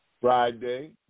Friday